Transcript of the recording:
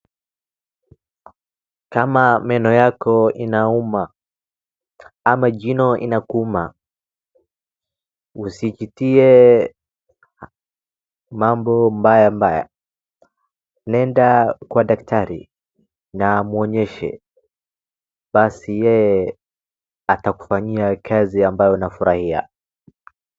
Kama meno yako inauma ama jino inakuuma usijitie mambo mbaya mbaya. Nenda kwa daktari na muonyeshe basi yeye atakufanyia kazi ambayo unafurahia.